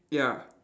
ya